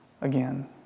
Again